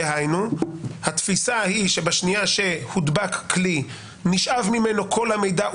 דהיינו התפיסה היא שבשנייה שהודבק כלי נשאב ממנו כל המידע,